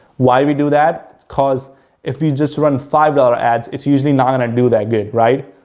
why we do that? because if you just run five dollars ads, it's usually not going to do that good, right?